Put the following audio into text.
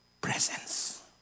Presence